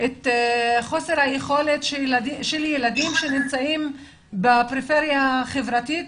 את חוסר היכולת של ילדים שנמצאים בפריפריה החברתית,